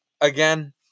again